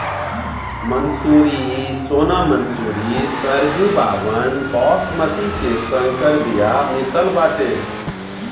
मंसूरी, सोना मंसूरी, सरजूबावन, बॉसमति के संकर बिया मितल बाटे